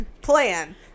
plan